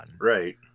Right